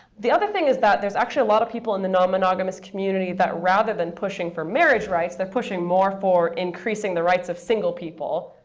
the other thing is that there's actually a lot of people in the non-monogamous community that rather than pushing for marriage rights, they're pushing more for increasing the rights of single people,